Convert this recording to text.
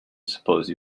suppose